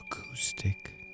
acoustic